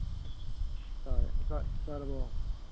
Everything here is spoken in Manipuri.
ꯇꯥꯏꯌꯦ ꯆꯥꯛ ꯆꯥꯔꯕꯣ